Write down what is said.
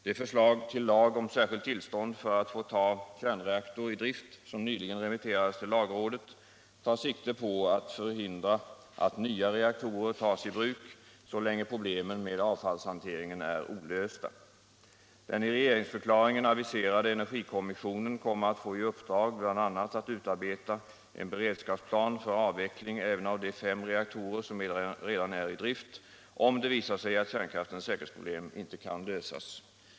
Det förslag till lag om särskilt tillstånd för att få ta kärnreaktor i drift som nyligen remitterades till lagrådet tar sikte på att förhindra att nya reaktorer tas i bruk så länge problemen med avfallshanteringen är olösta. Den i regeringsförklaringen aviserade energikommissionen kommer att få i uppdrag att bl.a. utarbeta en beredskapsplan för avveckling även av de fem reaktorer som redan är i drift om det visar sig att kärnkraftens säkerhetsproblem inte kan lösas.